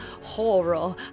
horror